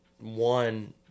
one